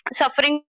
suffering